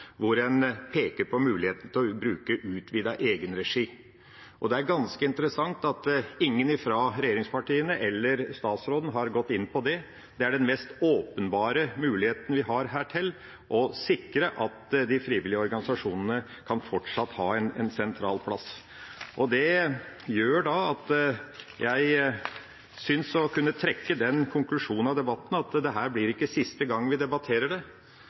hvor en peker på muligheten til å bruke utvidet egenregi. Det er ganske interessant at ingen fra regjeringspartiene eller statsråden har gått inn på det. Det er den mest åpenbare muligheten vi har her til å sikre at de frivillige organisasjonene fortsatt kan ha en sentral plass. Det gjør at jeg syns å kunne trekke den konklusjon av debatten at dette ikke blir siste gang vi debatterer det.